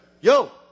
yo